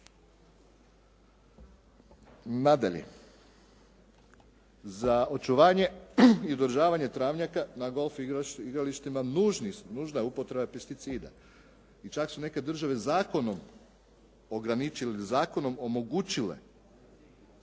Nadalje, za očuvanje i održavanje travnjaka na golf igralištima nužna je upotreba pesticida i čak su neke države zakonom ograničile, zakonom omogućile